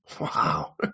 wow